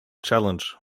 challenge